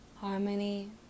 harmony